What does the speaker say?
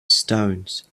stones